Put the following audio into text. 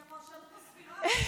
כי הפרשנות הסבירה שחוק --- הממשלה